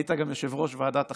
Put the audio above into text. היית גם יושב-ראש ועדת החינוך,